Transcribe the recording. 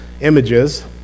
images